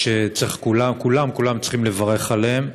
שכולם כולם כולם צריכים לברך עליהם.